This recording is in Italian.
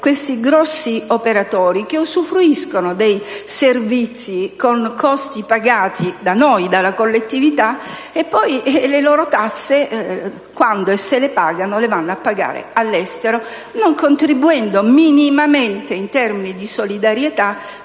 Questi grossi operatori usufruiscono di servizi con costi pagati da noi, dalla collettività e, poi, pagano le loro tasse - quando e se le pagano - all'estero, non contribuendo minimamente in termini di solidarietà